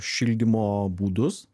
šildymo būdus